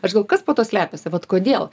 aš galvoju kas po tuo slepiasi vat kodėl